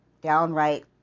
downright